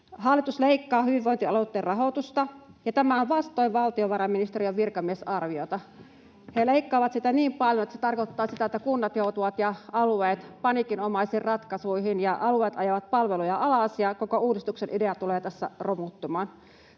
Hallitus leikkaa hyvinvointialueitten rahoitusta, ja tämä on vastoin valtiovarainministeriön virkamiesarviota. [Krista Kiuru: Näin on!] He leikkaavat sitä niin paljon, että se tarkoittaa, että kunnat ja alueet joutuvat paniikinomaisiin ratkaisuihin ja alueet ajavat palveluja alas ja koko uudistuksen idea tulee tässä romuttamaan.